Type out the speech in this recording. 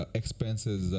expenses